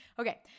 Okay